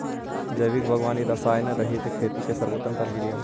जैविक बागवानी रसायनरहित खेती के सर्वोत्तम प्रक्रिया हइ